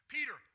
Peter